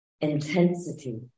intensity